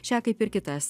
šią kaip ir kitas